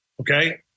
Okay